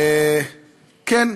כן,